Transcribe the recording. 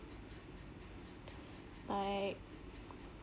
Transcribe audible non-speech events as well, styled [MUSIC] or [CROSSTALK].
[NOISE] like